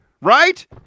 right